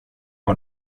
var